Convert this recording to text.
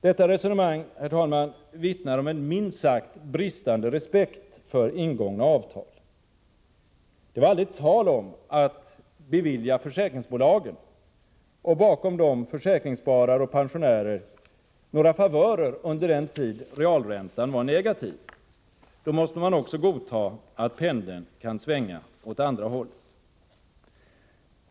Detta resonemang vittnar om en minst sagt bristande respekt för ingångna avtal. Det var aldrig tal om att bevilja försäkringsbolagen och bakom dem försäkringsspararna och pensionärerna några favörer under den tid realräntan var negativ — då måste man också godta att pendeln kan svänga åt andra hållet.